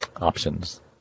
options